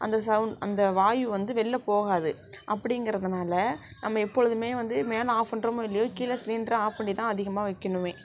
அந்த சவுண்ட் அந்த வாயு வந்து வெளியில் போகாது அப்படிங்கிறதுனால நம்ம எப்பொழுதுமே வந்து மேலே ஆஃப் பண்ணுறோமோ இல்லையோ கீழே சிலிண்டரை ஆஃப் பண்ணிதான் அதிகமாக வைக்கணும்